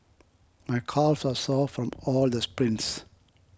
my calves are sore from all the sprints